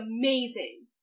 amazing